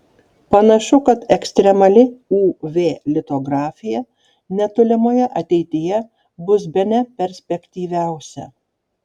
panašu kad ekstremali uv litografija netolimoje ateityje bus bene perspektyviausia